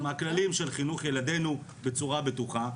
מהכללים של חינוך ילדינו בצורה בטוחה,